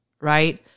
right